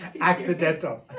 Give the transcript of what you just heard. accidental